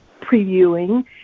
previewing